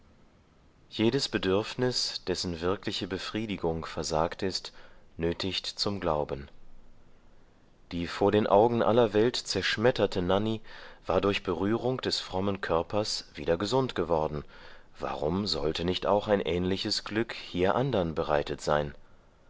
jedes bedürfnis dessen wirkliche befriedigung versagt ist nötigt zum glauben die vor den augen aller welt zerschmetterte nanny war durch berührung des frommen körpers wieder gesund geworden warum sollte nicht auch ein ähnliches glück hier andern bereitet sein